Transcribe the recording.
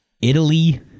Italy